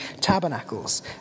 tabernacles